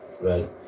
Right